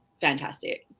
fantastic